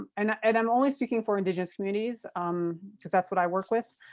and and i'm only speaking for indigenous communities um because that's what i work with.